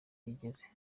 igeze